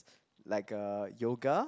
like uh yoga